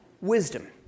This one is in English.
wisdom